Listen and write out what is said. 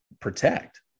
protect